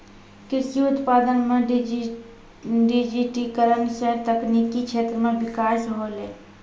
कृषि उत्पादन मे डिजिटिकरण से तकनिकी क्षेत्र मे बिकास होलै